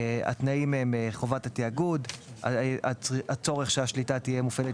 התנאים הם: חובת התאגוד; הצורך שהשליטה תהיה מופעלת